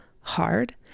hard